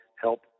help